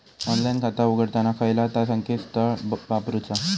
Online खाता उघडताना खयला ता संकेतस्थळ वापरूचा?